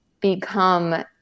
become